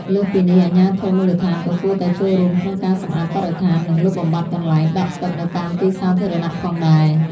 លើសពីនេះ អាជ្ញាធរមូលដ្ឋានក៏គួរតែចូលរួមក្នុងការសម្អាតបរិស្ថាន និងលុបបំបាត់កន្លែងដក់ទឹកនៅតាមទីសាធារណៈផងដែរ។